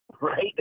Right